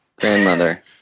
Grandmother